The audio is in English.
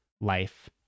life